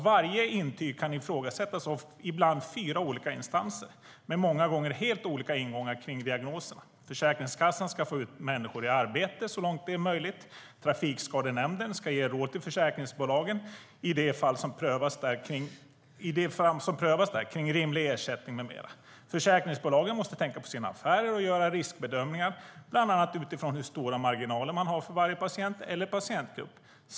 Varje intyg kan ifrågasättas av ibland fyra olika instanser med många gånger helt olika ingångar kring diagnoserna. Försäkringskassan ska få ut människor i arbete så långt det är möjligt, Trafikskadenämnden ska ge råd till försäkringsbolagen i de fall som prövas där kring rimlig ersättning med mera. Försäkringsbolagen måste tänka på sina affärer och göra riskbedömningar bland annat utifrån hur stora marginaler de har för varje patient eller patientgrupp.